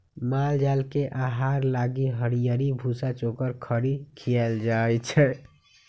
माल जाल के आहार लागी हरियरी, भूसा, चोकर, खरी खियाएल जाई छै